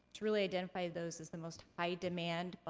to really identify those as the most high demand, ah